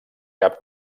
cap